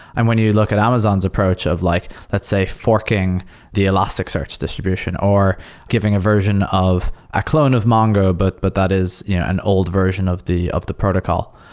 and when you look at amazon's approach of like, let's say, forking the elasticsearch distribution, or giving a version of a clone of mongo, but but that is you know an old version of the of the protocol.